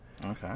Okay